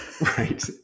Right